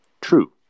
true